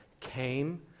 came